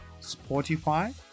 Spotify